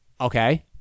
okay